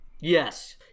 Yes